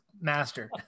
master